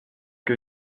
que